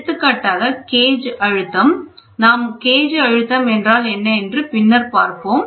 எடுத்துக்காட்டாக கேஜ் அழுத்தம் நாம் கேஜ் அழுத்தம் என்றால் என்ன என்று பின்னர்பார்ப்போம்